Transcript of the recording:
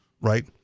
right